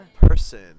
person